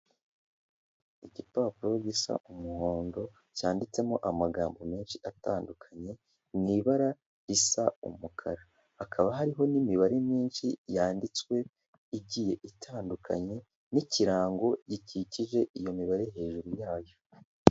Igipapuro gisa umuhondo cyanditsemo amagambo menshi atandukanye mu ibara risa umukara, hakaba hariho n'imibare myinshi yanditswe igiye itandukanye n'ikirango gikikije iyo mibare hejuru yayo.